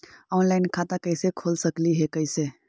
Online खाता कैसे खोल सकली हे कैसे?